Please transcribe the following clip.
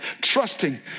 trusting